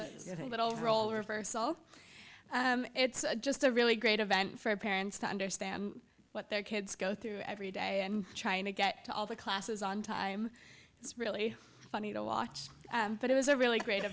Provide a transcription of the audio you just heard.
all role reversal it's just a really great event for parents to understand what their kids go through every day and trying to get to all the classes on time it's really funny to watch but it was a really great